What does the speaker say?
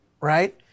right